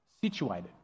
situated